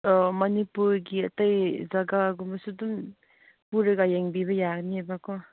ꯃꯅꯤꯄꯨꯔꯒꯤ ꯑꯇꯩ ꯖꯒꯥꯒꯨꯝꯕꯁꯨ ꯑꯗꯨꯝ ꯄꯨꯔꯒ ꯌꯦꯡꯕꯤꯕ ꯌꯥꯒꯅꯤꯕꯀꯣ